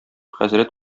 хәзрәт